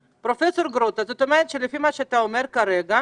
פרופ' גרוטו, זאת אומרת, לפי מה שאתה אומר כרגע,